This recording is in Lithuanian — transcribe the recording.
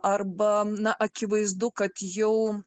arba na akivaizdu kad jau